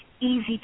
easy